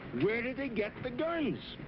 where did they get the guns?